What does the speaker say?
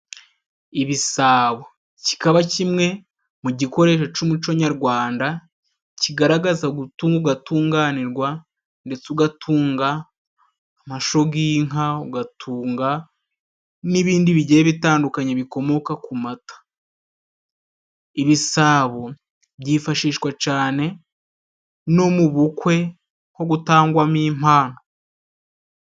Ibisabo kikaba kimwe mu gikoresho c'umuco nyarwanda kigaragaza gutunga ugatunganirwa, ndetse ugatunga amasho g'inka, ugatunga n'ibindi bigiye bitandukanye bikomoka ku mata. Ibisabo byifashishwa cane no mu bukwe nko gutangwamo impano.